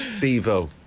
Bevo